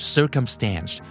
Circumstance